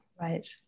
Right